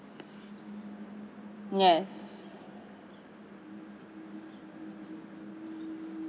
yes